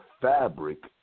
fabric